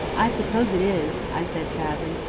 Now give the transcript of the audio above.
i suppose it is, i said sadly,